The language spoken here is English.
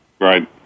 Right